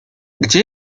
gdzie